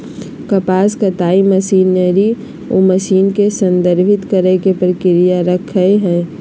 कपास कताई मशीनरी उ मशीन के संदर्भित करेय के प्रक्रिया रखैय हइ